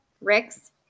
rick's